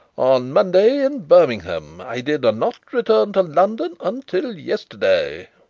on monday in birmingham. i did not return to london until yesterday.